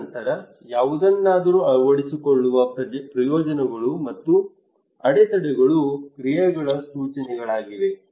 ತದನಂತರ ಯಾವುದನ್ನಾದರೂ ಅಳವಡಿಸಿಕೊಳ್ಳುವ ಪ್ರಯೋಜನಗಳು ಮತ್ತು ಅಡೆತಡೆಗಳು ಕ್ರಿಯೆಗಳ ಸೂಚನೆಗಳಾಗಿವೆ